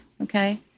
Okay